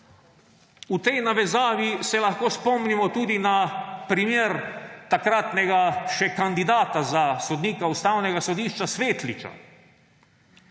V tej navezavi se lahko spomnimo tudi na primer takratnega še kandidata za sodnika Ustavnega sodišča – Svetliča.